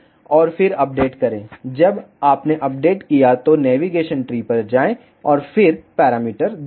और फिर अपडेट करें जब आपने अपडेट किया तो नेविगेशन ट्री पर जाएं और फिर पैरामीटर देखें